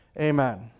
Amen